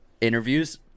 interviews